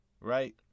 Right